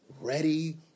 ready